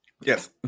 yes